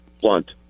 blunt